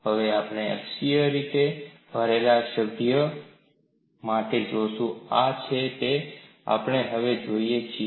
હવે આપણે અક્ષીય રીતે ભરેલા સભ્ય માટે જોશું આ તે છે જે આપણે હવે જોઈએ છીએ